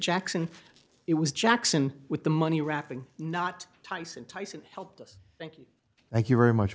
jackson it was jackson with the money rapping not tyson tyson help us thank you thank you very much